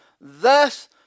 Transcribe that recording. Thus